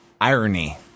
Irony